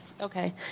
Okay